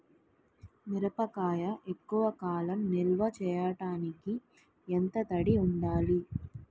మిరపకాయ ఎక్కువ కాలం నిల్వ చేయటానికి ఎంత తడి ఉండాలి?